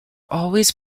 always